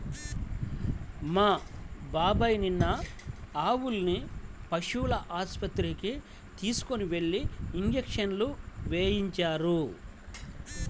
మా బాబాయ్ నిన్న ఆవుల్ని పశువుల ఆస్పత్రికి తీసుకెళ్ళి ఇంజక్షన్లు వేయించారు